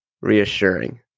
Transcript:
Reassuring